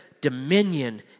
dominion